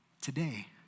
today